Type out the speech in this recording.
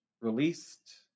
released